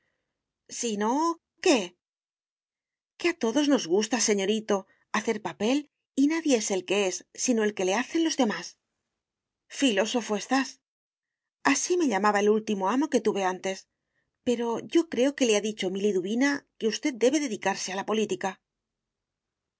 si no qué que a todos nos gusta señorito hacer papel y nadie es el que es sino el que le hacen los demás filósofo estás así me llamaba el último amo que tuve antes pero yo creo lo que le ha dicho mi liduvina que usted debe dedicarse a la política